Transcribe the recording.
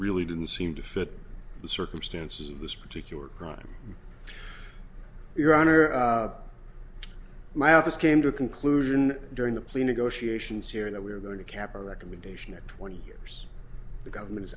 really didn't seem to fit the circumstances of this particular crime your honor my office came to a conclusion during the plea negotiations hearing that we're going to cap or recommendation at twenty years the government is